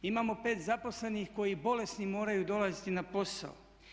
Imamo 5 zaposlenih koji bolesni moraju dolaziti na posao.